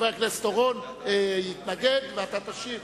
חבר הכנסת אורון יתנגד ואתה תשיב.